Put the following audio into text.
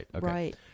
right